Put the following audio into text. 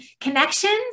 connections